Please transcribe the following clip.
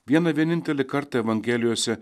vieną vienintelį kartą evangelijose